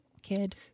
kid